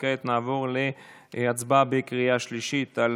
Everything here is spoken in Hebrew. כעת נעבור להצבעה בקריאה שלישית על